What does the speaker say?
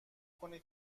کنید